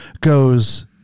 goes